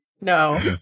No